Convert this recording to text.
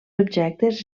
objectes